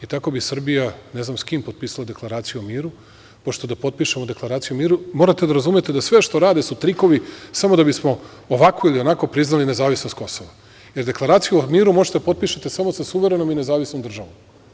I tako bi Srbija ne znam s kim potpisala deklaraciju o miru, pošto da potpišemo deklaraciju o miru, morate da razumete da sve što rade su trikovi samo da bismo ovako ili onako priznali nezavisnost Kosova, jer deklaraciju o miru možete da potpišete samo sa suverenom i nezavisnom državom.